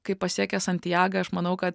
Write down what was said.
kai pasiekia santjagą aš manau kad